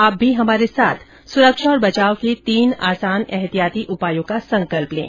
आप भी हमारे साथ सुरक्षा और बचाव के तीन आसान एहतियाती उपायों का संकल्प लें